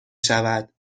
شود